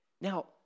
Now